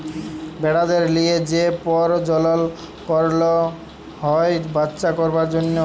ভেড়াদের লিয়ে যে পরজলল করল হ্যয় বাচ্চা করবার জনহ